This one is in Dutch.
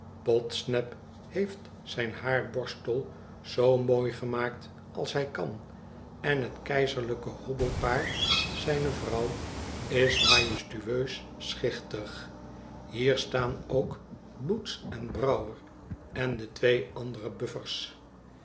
podsnap heeft zijn haarborstel zoo mooi gemaakt als hij kan en het keizerlijke hobbelpaard zijne vrouw is majestueus schichtig hier staan ook boots en brouwer en de twee andere bufliers